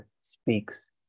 speaks